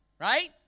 right